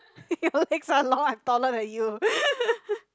your legs are long I'm taller than you